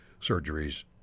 surgeries